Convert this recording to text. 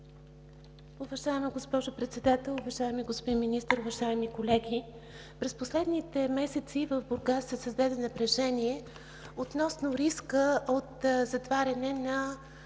Уважаема госпожо Председател, уважаеми господин Министър, уважаеми колеги! През последните месеци в Бургас се създаде напрежение относно риска от затваряне на